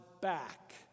back